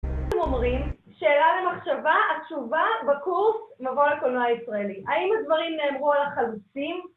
אנחנו אומרים, שאלה למחשבה. התשובה בקורס "מבוא לקולנוע ישראלי". האם הדברים נאמרו על החלוצים?